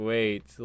Wait